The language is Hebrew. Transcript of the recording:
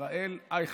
ישראל אייכלר.